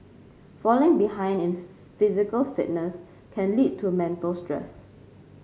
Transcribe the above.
falling behind in physical fitness can lead to mental stress